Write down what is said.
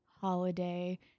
Holiday